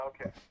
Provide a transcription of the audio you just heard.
Okay